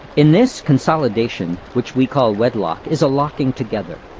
in this consolidation which we call wedlock is a locking together.